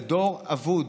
זה דור אבוד.